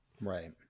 Right